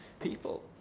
people